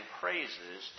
praises